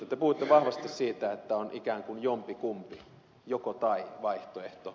te puhuitte vahvasti siitä että on ikään kuin jompikumpi jokotai vaihtoehto